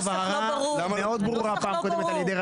בפעם הקודמת הייתה תשובה מאוד ברורה